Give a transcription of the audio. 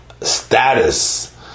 status